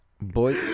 boy